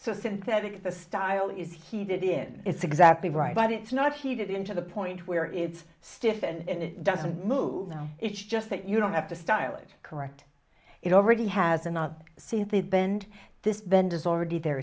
so synthetic the style is heated in it's exactly right but it's not heated in to the point where it's stiff and it doesn't move now it's just that you don't have the style of correct it already has and not see the bend this bend is already there